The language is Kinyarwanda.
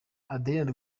adeline